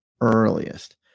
earliest